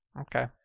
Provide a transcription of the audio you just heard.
Okay